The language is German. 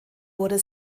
wurde